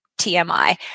TMI